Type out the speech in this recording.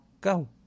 Go